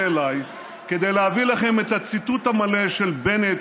אליי כדי להביא לכם את הציטוט המלא של בנט